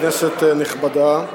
כנסת נכבדה,